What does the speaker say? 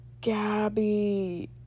Gabby